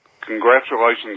Congratulations